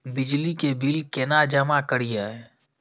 बिजली के बिल केना जमा करिए?